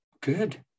good